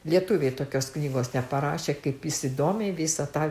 lietuviai tokios knygos neparašė kaip jis įdomiai visą tą